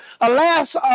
alas